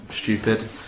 stupid